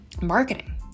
marketing